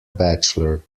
bachelor